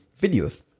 videos